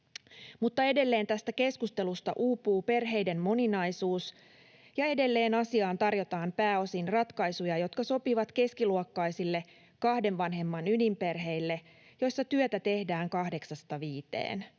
edelleen tästä keskustelusta uupuu perheiden moninaisuus, ja edelleen asiaan tarjotaan pääosin ratkaisuja, jotka sopivat keskiluokkaisille kahden vanhemman ydinperheille, joissa työtä tehdään kahdeksasta viiteen.